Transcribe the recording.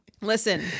Listen